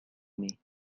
aimé